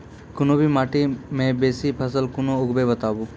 कूनू भी माटि मे बेसी फसल कूना उगैबै, बताबू?